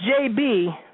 JB